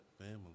family